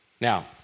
Now